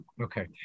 okay